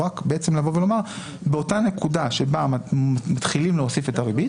הוא רק לבוא ולומר שבאותה נקודה בה מתחילים להוסיף את הריבית,